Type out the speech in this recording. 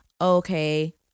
okay